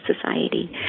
society